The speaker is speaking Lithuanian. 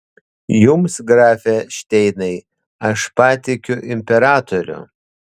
jums grafe šteinai aš patikiu imperatorių